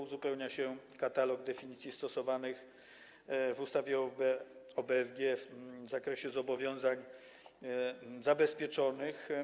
Uzupełnia się katalog definicji stosowanych w ustawie o BFG w zakresie zobowiązań zabezpieczonych.